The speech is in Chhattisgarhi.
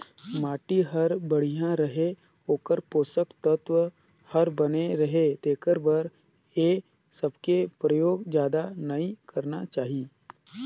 माटी हर बड़िया रहें, ओखर पोसक तत्व हर बने रहे तेखर बर ए सबके परयोग जादा नई करना चाही